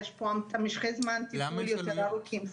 יש משכי זמן טיפול יותר ארוכים,